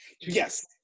Yes